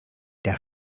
der